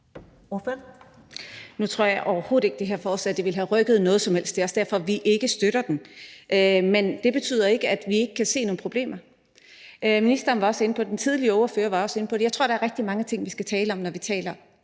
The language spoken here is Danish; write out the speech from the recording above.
Nu tror jeg overhovedet ikke, det her forslag ville have rykket noget som helst, og det er også derfor, vi ikke støtter det. Men det betyder ikke, at vi ikke kan se nogle problemer. Ministeren var også inde på det, og den forrige ordfører var også inde på det, og jeg tror, der er rigtig mange ting, vi skal tale om, når vi taler,